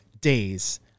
days